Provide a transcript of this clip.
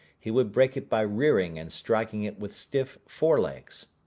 he would break it by rearing and striking it with stiff fore legs.